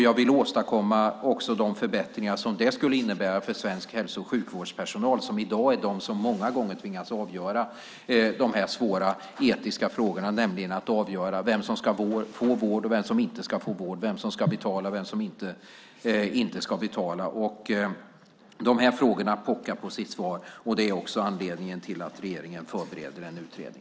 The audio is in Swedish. Jag vill också åstadkomma de förbättringar som det skulle innebära för svensk hälso och sjukvårdspersonal som i dag många gånger är de som i dessa svåra etiska frågor tvingas avgöra vem som ska få vård och vem som inte ska få vård samt vem som ska betala och vem som inte ska betala. Dessa frågor pockar på svar. Det är också, fru talman, anledningen till att regeringen förbereder en utredning.